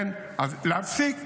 כן, להפסיק.